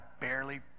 barely